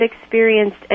experienced